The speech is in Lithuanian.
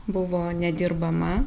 buvo nedirbama